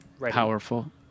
powerful